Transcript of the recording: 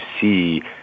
see